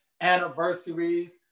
anniversaries